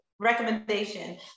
recommendation